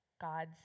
God's